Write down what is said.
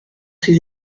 ses